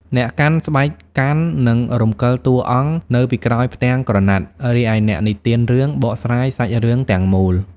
អ្នកកាន់ស្បែកកាន់ និងរំកិលតួអង្គនៅពីក្រោយផ្ទាំងក្រណាត់ រីឯអ្នកនិទានរឿងបកស្រាយសាច់រឿងទាំងមូល។